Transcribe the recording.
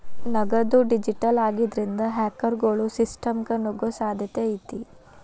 ನಗದು ಡಿಜಿಟಲ್ ಆಗಿದ್ರಿಂದ, ಹ್ಯಾಕರ್ಗೊಳು ಸಿಸ್ಟಮ್ಗ ನುಗ್ಗೊ ಸಾಧ್ಯತೆ ಐತಿ